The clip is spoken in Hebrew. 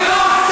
עד כדי כך?